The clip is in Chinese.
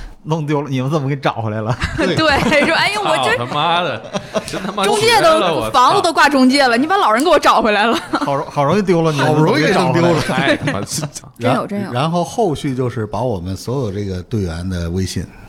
弄丢了，你们怎么给找回来了？对。 对，说，哎呦，我这-操他妈的，真他妈中介都-绝了，我操。房子都挂中介了，你把老人给我找回来了。 好容- 好容易丢了，你们怎么给找回来了？好容易弄丢了， 哎，我操。 真有，真有。 然- 然后后续就是把我们所有这个队员的微信